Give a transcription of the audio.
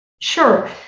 Sure